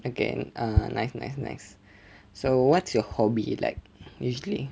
okay uh nice nice nice so what's your hobby like usually